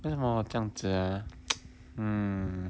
为什么我样子 ah mm